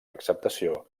acceptació